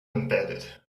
embedded